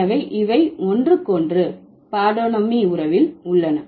எனவே இவை ஒன்றுக்கொன்று பார்டோனமி உறவில் உள்ளன